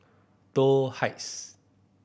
Toh Heights